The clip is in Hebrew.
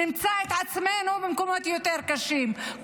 נמצא את עצמנו במקומות יותר קשים,